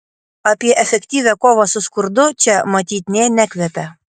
apie efektyvią kovą su skurdu čia matyt ne nekvepia